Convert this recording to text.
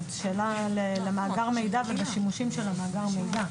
זו שאלה למאגר מידע ובשימושים של מאגר המידע,